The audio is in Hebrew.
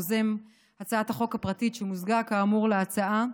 יוזם הצעת החוק הפרטית שמוזגה כאמור בהצעה,